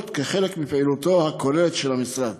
כחלק מפעילותו הכוללת של המשרד.